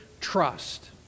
trust